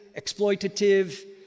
exploitative